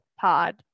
pod